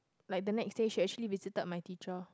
like the next day she actually visited my teacher